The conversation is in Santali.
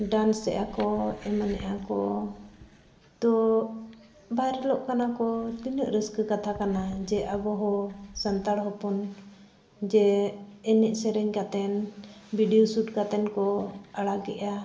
ᱮᱫᱟ ᱠᱚ ᱮᱢᱟᱱᱮᱫᱟ ᱠᱚ ᱛᱳ ᱼᱚᱜ ᱠᱟᱱᱟ ᱠᱚ ᱛᱤᱱᱟᱹᱜ ᱨᱟᱹᱥᱠᱟᱹ ᱠᱟᱛᱷᱟ ᱠᱟᱱᱟ ᱡᱮ ᱟᱵᱚ ᱦᱚᱸ ᱥᱟᱱᱛᱟᱲ ᱦᱚᱯᱚᱱ ᱡᱮ ᱮᱱᱮᱡᱼᱥᱮᱨᱮᱧ ᱠᱟᱛᱮᱫ ᱠᱟᱛᱮᱫ ᱠᱚ ᱟᱲᱟᱜᱮᱫᱼᱟ